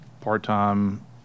part-time